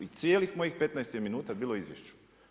I cijelih mojih 15 je minuta bilo o izvješću.